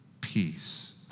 peace